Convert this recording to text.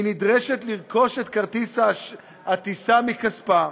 היא נדרשת לרכוש את כרטיס הטיסה מכספה,